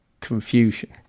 confusion